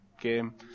game